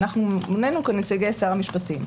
ואנחנו מונינו כנציגי שר המשפטים.